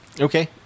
Okay